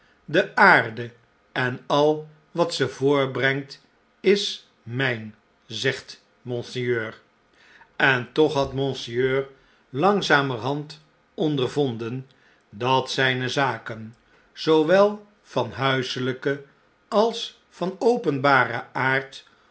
de aarde en al wat ze voortbrengt is mp zegt monseigneur en toch had monseigneur langzamerhand ondervonden dat zijne zaken zoowel van huiselijken als van openbaren aard